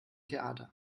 theater